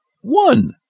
one